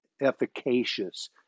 efficacious